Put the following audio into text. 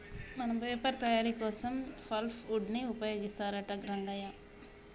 మన పేపర్ తయారీ కోసం పల్ప్ వుడ్ ని ఉపయోగిస్తారంట రంగయ్య